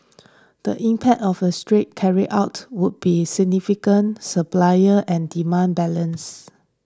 the impact of a threat carried out would be significant supplier and demand balance